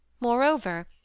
Moreover